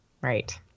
right